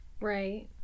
Right